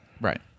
Right